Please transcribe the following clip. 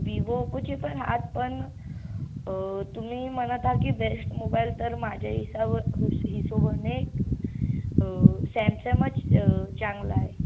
Vivo ओप्पोचे पण आहेत पण तुम्ही म्हणत आ की बेस्ट मोबाईल तर माझ्या हिसाबं हिशोबने सॅमसंगच च्यांगला आहे